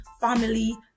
family